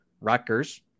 Rutgers